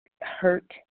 hurt